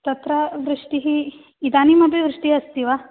तत्र वृष्टिः इदानीमपि वृष्टिः अस्ति वा